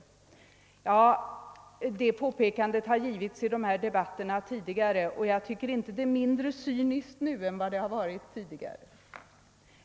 Det påpekandet har gjorts tidigare i dessa debatter, och jag tycker inte att det är mindre cyniskt nu än tidigare.